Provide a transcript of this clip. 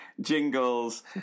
jingles